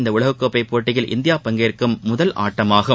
இந்த உலகக் கோப்பைப் போட்டிகளில் இந்தியா பங்கேற்கும் முதல் ஆட்டமாகும்